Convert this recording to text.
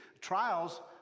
trials